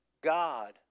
God